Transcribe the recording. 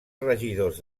regidors